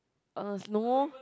uh no